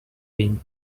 being